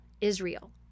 Israel